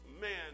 man